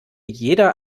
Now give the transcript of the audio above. jeder